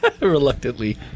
Reluctantly